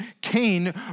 Cain